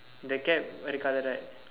the cap red colour right